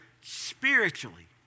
spiritually